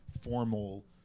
formal